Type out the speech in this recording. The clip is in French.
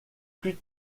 plus